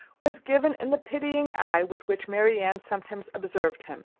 was given in the pitying eye with which marianne sometimes observed him,